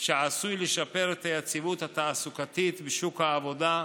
שעשוי לשפר את היציבות התעסוקתית בשוק העבודה,